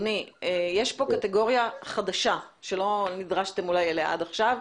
יש כאן קטגוריה חדשה שאולי לא נדרשתם אליה עד עכשיו.